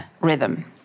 rhythm